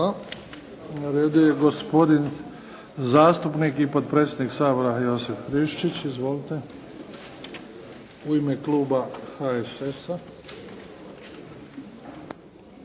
Na redu je gospodin zastupnik i potpredsjednik Sabora, Josip Friščić, u ime kluba HSS-a.